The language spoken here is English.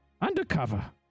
undercover